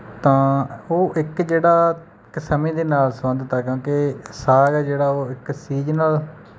ਤਾਂ ਉਹ ਇੱਕ ਜਿਹੜਾ ਸਮੇਂ ਦੇ ਨਾਲ ਸੰਬੰਧਿਤ ਆ ਕਿਉਂਕਿ ਸਾਗ ਆ ਜਿਹੜਾ ਉਹ ਇੱਕ ਸੀਜਨਲ